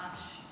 ממש.